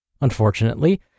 Unfortunately